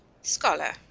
Scholar